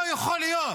לא יכול להיות,